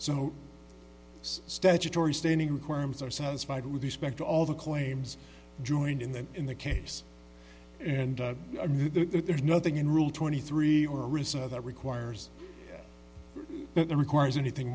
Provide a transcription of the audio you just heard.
no statutory standing requirements are satisfied with respect to all the claims joined in that in the case and there's nothing in rule twenty three or reserve that requires requires anything